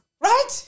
Right